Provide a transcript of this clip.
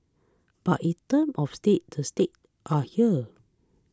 but in terms of stakes the stakes are here